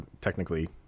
technically